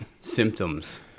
symptoms